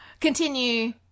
Continue